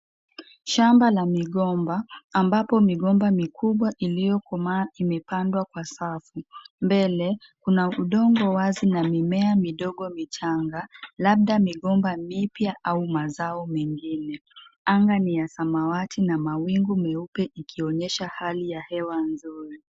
Shamba la migomba ambapo migomba mikubwa iliyokomaa imepandwa kwa safu, mbele kuna udongo wazi na mimea midogo michanga labda migomba mipya mazao mengine. Anga ni ya samawati na mawingu meupe ikionyesha Hali ya hewa nzuri.